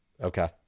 okay